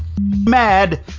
mad